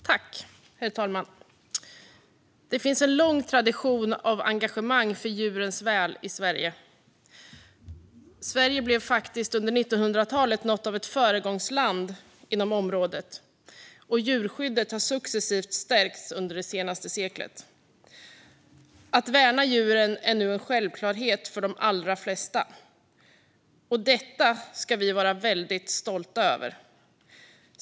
Herr talman! Det finns en lång tradition av engagemang för djurens väl i Sverige. Sverige blev under 1900-talet faktiskt något av ett föregångsland på området, och djurskyddet har successivt stärkts under det senaste seklet. Att värna djuren är nu en självklarhet för de allra flesta. Det ska vi vara stolta över.